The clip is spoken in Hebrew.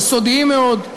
יסודיים מאוד,